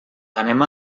anem